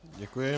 Děkuji.